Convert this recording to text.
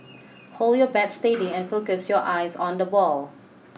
hold your bat steady and focus your eyes on the ball